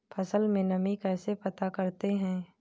फसल में नमी कैसे पता करते हैं?